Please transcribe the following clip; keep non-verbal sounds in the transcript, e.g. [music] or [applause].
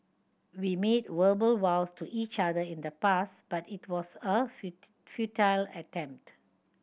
we made verbal vows to each other in the past but it was a [unintelligible] futile attempt